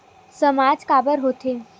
सामाज काबर हो थे?